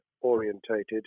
orientated